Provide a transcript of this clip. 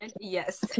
Yes